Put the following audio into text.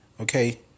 okay